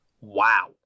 wow